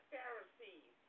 Pharisees